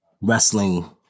wrestling